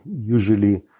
usually